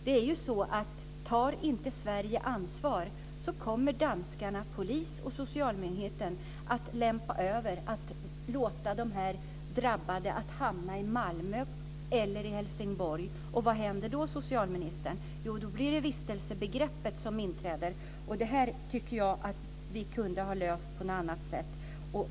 Men tar inte Sverige ansvar kommer danska polis och socialmyndigheter att lämpa över detta och låta de drabbade hamna i Malmö eller Helsingborg. Vad händer då, socialministern? Jo, då inträder vistelsebegreppet. Det här tycker jag att vi kunde ha löst på ett annat sätt.